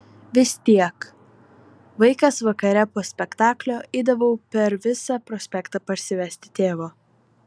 vis tiek vaikas vakare po spektaklio eidavau per visą prospektą parsivesti tėvo